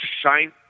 shine